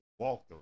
walkthrough